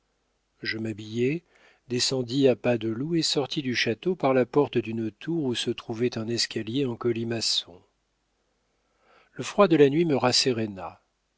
je m'habillai descendis à pas de loup et sortis du château par la porte d'une tour où se trouvait un escalier en colimaçon le froid de la nuit me